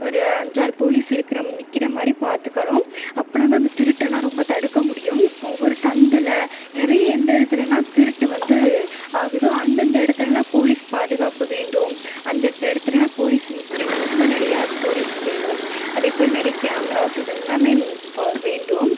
ஒரு அஞ்சு ஆறு போலீஸ் இருக்கின்ற நிற்கிற மாதிரி பார்த்துக்கனும் அப்புறம் தான் இந்த திருட்டெல்லாம் ரொம்ப தடுக்க முடியும் ஒவ்வொரு சந்தில் நிறைய எந்த இடத்துலனா திருட்டு வந்து ஆகுதோ அந்தந்த இடத்துலலாம் போலீஸ் பாதுகாப்பு வேண்டும் அந்தந்த இடத்துலலாம் போலீஸ் நிற்கனும் ரொம்ப நெறைய போலீஸ் வேணும் அதே போல் நிறைய கேமராஸ் இது எல்லாமே இப்போ வேண்டும்